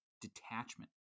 detachment